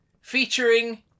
featuring